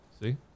See